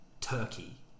Turkey